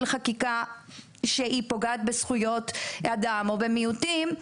חקיקה שפוגעת בזכויות אדם או במיעוטים,